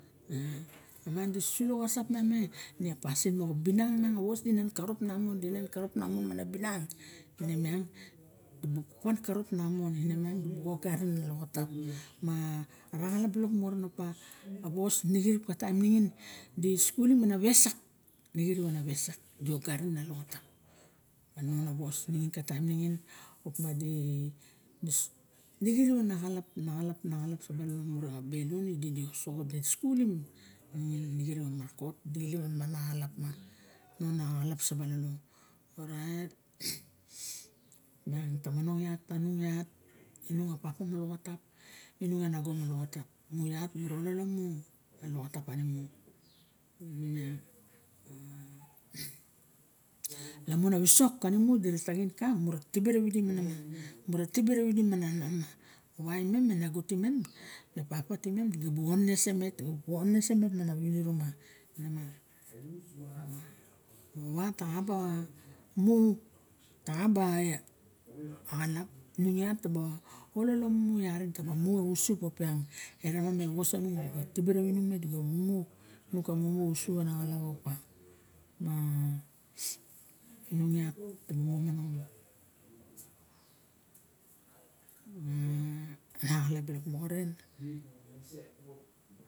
Miang di susulo xasap nan me ine apasin miang a binan lamun di nan karop nan moni ine iang di bu ogarin ana loxotam ma raxalap loilok karen opa wos hey xirip ka taim ningin di skulim ana wesak di ogarin loxtap na wos ningin ka taim ningin opa di dixirip ana xalap salxilolo mure xa wu ne xirip a marakot ana xalap ma non a xalap abololo orait miang tamanong iat tanung iat a papa maxa loxot a lmama moxa laoxotap mura ololo mu a mom loxotap panimu ine miang lamun a wisok kimu dira taxin ka mura tibe rawidi me mura tibe rawidi was imem nago timem ma papa timem bu onenese imem tasixinine iat mana winiro ma moxo wa ta xa ba mu taxa ba xalap ta ba alolo mu ausup tumangin rawa tibe ravidi me opa ma inung iak ta momonong ra bilok moxoren